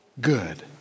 good